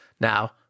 now